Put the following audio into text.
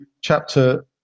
chapter